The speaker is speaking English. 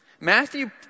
Matthew